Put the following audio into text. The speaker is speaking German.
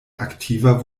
aktiver